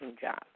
job